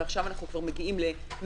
ועכשיו אנחנו כבר מגיעים ל-180,